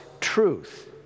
truth